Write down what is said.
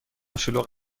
شلوغ